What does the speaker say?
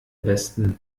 besten